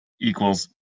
equals